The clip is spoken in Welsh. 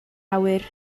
awyr